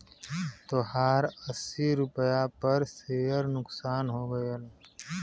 तोहार अस्सी रुपैया पर सेअर नुकसान हो गइल